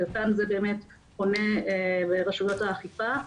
כאן אני באמת פונה לרשויות האכיפה,